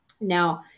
Now